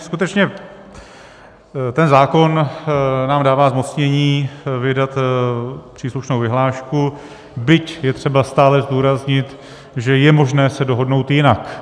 Skutečně, ten zákon nám dává zmocnění vydat příslušnou vyhlášku, byť je třeba stále zdůraznit, že je možné se rozhodnout jinak.